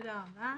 תודה רבה.